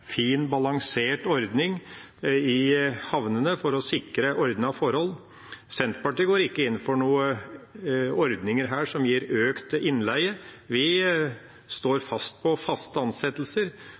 fin, balansert ordning i havnene for å sikre ordnede forhold. Senterpartiet går ikke inn for noen ordninger som gir økt innleie. Vi står